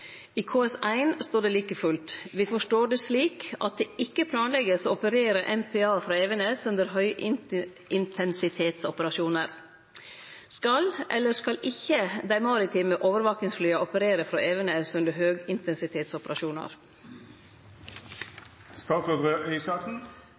står det like fullt: «Vi forstår det slik at det ikke planlegges å operere MPA fra Evenes under høyintensitetsoperasjoner.» Skal eller skal ikkje dei maritime overvakingsflya operere frå Evenes under